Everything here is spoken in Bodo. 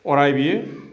अराय बियो